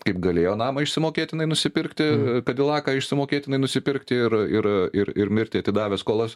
kaip galėjo namą išsimokėtinai nusipirkti kadilaką išsimokėtinai nusipirkti ir ir ir ir mirti atidavę skolas